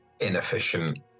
inefficient